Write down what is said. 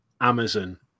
Amazon